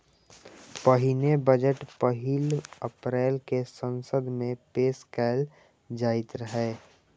पहिने बजट पहिल अप्रैल कें संसद मे पेश कैल जाइत रहै